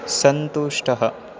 सन्तुष्टः